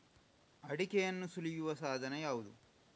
ಅಡಿಕೆಯನ್ನು ಸುಲಿಯುವ ಸಾಧನ ಯಾವುದು?